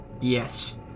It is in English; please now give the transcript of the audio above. Yes